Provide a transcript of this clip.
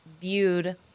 viewed